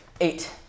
Eight